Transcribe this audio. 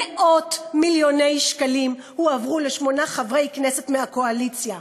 מאות-מיליוני שקלים הועברו לשמונה חברי כנסת מהקואליציה,